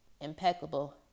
impeccable